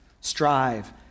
strive